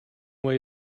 way